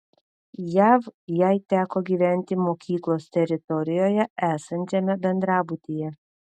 jav jai teko gyventi mokyklos teritorijoje esančiame bendrabutyje